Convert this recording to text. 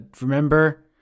remember